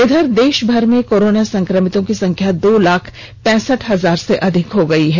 इधर देष भर में कोरोना संक्रमितों की संख्या दो लाख पैंसठ हजार से अधिक हो गई है